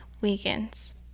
weekends